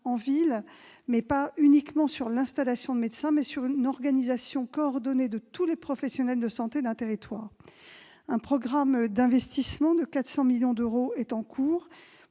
en ville, mais pas uniquement sur l'installation de médecins ; il doit reposer sur une organisation coordonnée de tous les professionnels de santé d'un territoire. Un programme d'investissements de 400 millions d'euros est en cours